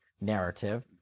narrative